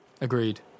Agreed